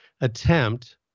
attempt